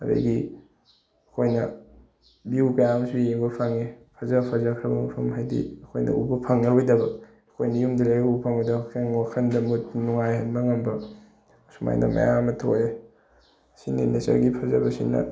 ꯑꯗꯩꯒꯤ ꯑꯩꯈꯣꯏꯅ ꯚꯤꯎ ꯀꯌꯥ ꯑꯃꯁꯨ ꯌꯦꯡꯕ ꯐꯪꯉꯦ ꯐꯖ ꯐꯖꯈ꯭ꯔꯕ ꯃꯐꯝ ꯍꯥꯏꯗꯤ ꯑꯩꯈꯣꯏꯅ ꯎꯕ ꯐꯪꯉꯔꯣꯏꯗꯕ ꯑꯩꯈꯣꯏꯅ ꯌꯨꯝꯗ ꯂꯩꯔꯒ ꯎꯕ ꯐꯪꯉꯣꯏꯗꯕ ꯍꯛꯆꯥꯡ ꯋꯥꯈꯟꯗ ꯃꯨꯠ ꯅꯨꯡꯉꯥꯏꯍꯟꯕ ꯉꯝꯕ ꯁꯨꯃꯥꯏꯅ ꯃꯌꯥꯝ ꯑꯃ ꯊꯣꯛꯑꯦ ꯁꯤꯅꯤ ꯅꯦꯆꯔꯒꯤ ꯐꯖꯕꯁꯤꯅ